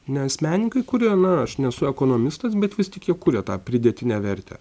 nes menininkai kuria na aš nesu ekonomistas bet vis tik jie kuria tą pridėtinę vertę